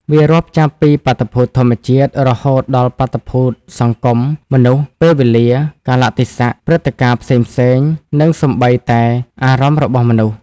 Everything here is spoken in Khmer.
វារាប់ចាប់ពីបាតុភូតធម្មជាតិ រហូតដល់បាតុភូតសង្គម មនុស្ស ពេលវេលា កាលៈទេសៈ ព្រឹត្តិការណ៍ផ្សេងៗ និងសូម្បីតែអារម្មណ៍របស់មនុស្ស។